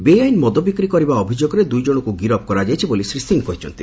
ବେଆଇନ୍ ମଦ ବିକ୍ରି କରିବା ଅଭିଯୋଗରେ ଦୁଇ ଜଣଙ୍କୁ ଗିରଫ୍ କରାଯାଇଛି ବୋଲି ଶ୍ରୀ ସିଂହ କହିଛନ୍ତି